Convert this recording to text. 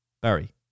Barry